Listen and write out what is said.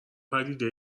پدیده